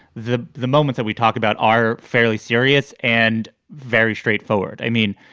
the the moment that we talk about are fairly serious and very straightforward. i mean,